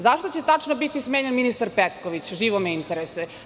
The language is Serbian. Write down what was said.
Zašto će biti smenjen ministar Petković, živo me interesuje?